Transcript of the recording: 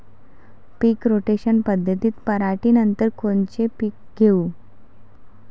पीक rotation पद्धतीत पराटीनंतर कोनचे पीक घेऊ?